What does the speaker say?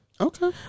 Okay